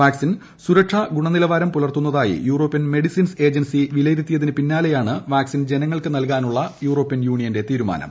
vaccine സുരക്ഷാ ഗുണനിലവാര്ർ പ്രുലർത്തുന്നതായി യൂറോപ്യൻ മെഡിസിൻസ് ഏജൻറ്റ്സി വിലയിരുത്തിയതിന് പിന്നാലെയാണ് വാക്സിൻ ജനുങ്ങൾക്ക് നൽകാനുള്ള യൂറോപ്യൻ യൂണിയന്റെ തീരുമാനം